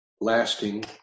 lasting